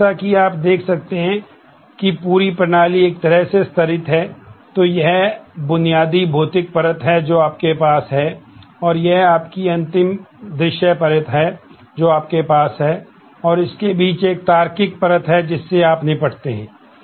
तो जैसा कि आप देख सकते हैं कि पूरी प्रणाली एक तरह से स्तरित है तो यह बुनियादी भौतिक परत है जो आपके पास है और यह आपकी अंतिम दृश्य परत है जो आपके पास है और इसके बीच एक तार्किक परत है जिससे आप निपटते हैं